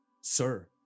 Sir